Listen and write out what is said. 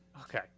Okay